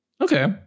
Okay